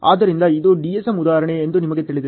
ಆದ್ದರಿಂದ ಇದು DSM ಉದಾಹರಣೆ ಎಂದು ನಿಮಗೆ ತಿಳಿದಿದೆ